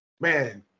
man